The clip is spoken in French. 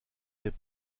des